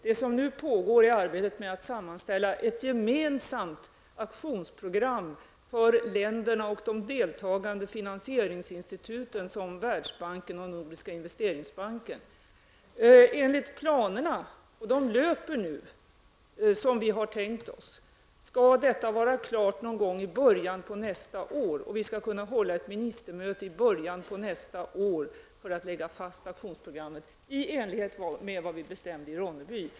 Det pågår ett arbete med att sammanställa ett gemensamt aktionsprogram för länderna och de deltagande finansieringsinstituten, Enligt de planer som nu löper som vi har tänkt oss skall detta arbete vara klart någon gång i början av nästa år, då det skall hållas ett ministermöte för att lägga fast aktionsprogrammet i enlighet med vad som bestämdes i Ronneby.